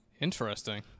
Interesting